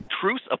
truce